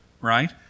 right